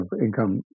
income